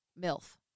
MILF